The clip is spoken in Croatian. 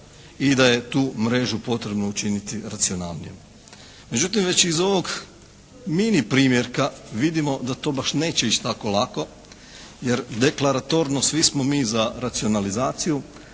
i da je tu mrežu potrebno učiniti racionalnijom. Međutim već iz ovog mini primjerka vidimo da to baš neće ići tako lako, jer deklaratorno svi smo mi za racionalizaciju,